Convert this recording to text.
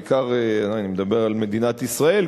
בעיקר אני מדבר על מדינת ישראל כמובן,